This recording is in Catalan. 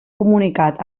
comunicat